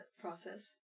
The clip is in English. process